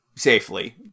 Safely